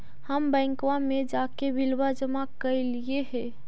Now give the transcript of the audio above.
हम बैंकवा मे जाके बिलवा जमा कैलिऐ हे?